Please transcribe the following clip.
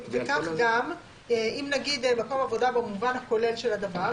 וכך גם אם נגיד מקום העבודה במובן הכולל של הדבר,